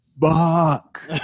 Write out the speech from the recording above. fuck